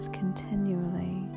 continually